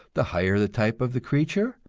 the higher the type of the creature,